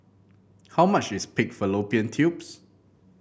how much is Pig Fallopian Tubes